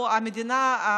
המדינה,